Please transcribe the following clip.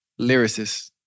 lyricist